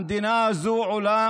המדינה הזאת עולה